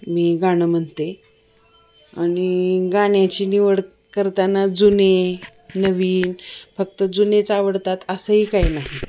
मी गाणं म्हणते आणि गाण्याची निवड करताना जुने नवीन फक्त जुनेच आवडतात असंही काय नाही